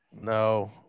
No